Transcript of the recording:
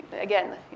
again